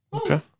okay